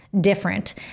different